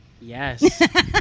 Yes